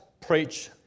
preach